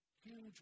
huge